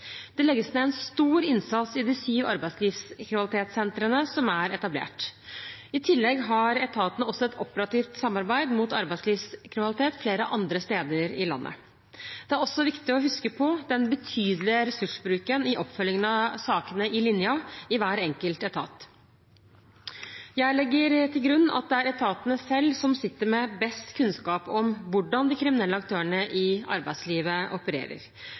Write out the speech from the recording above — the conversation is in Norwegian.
Det legges ned en stor innsats i de syv arbeidslivskriminalitetssentrene som er etablert. I tillegg har etatene et operativt samarbeid mot arbeidslivskriminalitet flere andre steder i landet. Det er også viktig å huske på den betydelige ressursbruken i oppfølgingen av sakene «i linjen» i hver enkelt etat. Jeg legger til grunn at det er etatene selv som sitter med best kunnskap om hvordan de kriminelle aktørene i arbeidslivet opererer.